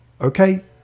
Okay